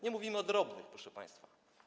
Nie mówimy o drobnych, proszę państwa.